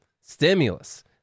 Stimulus